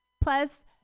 Plus